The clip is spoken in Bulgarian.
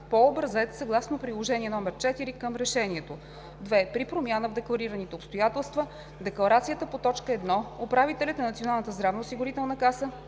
по образец съгласно Приложение № 4 към решението. 2. При промяна в декларираните обстоятелства в декларацията по т. 1 управителят на Националната здравноосигурителна каса